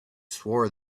swore